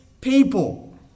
people